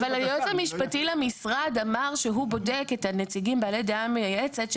היועץ המשפטי למשרד אמר שהוא בודק את הנציגים בעלי דעה מייעצת,